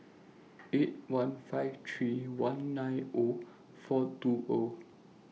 eight one five three one nine O four two O